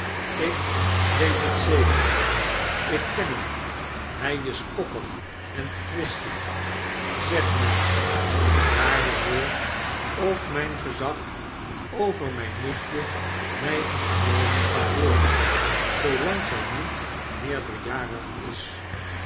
ik weet het zeker ik ken hem hy is koppig en twistziek zeg my myn waarde heer of myn gezag over myn nichtje my ontnomen kan worden zoolang zy niet meerderjarig is